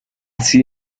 sido